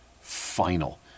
final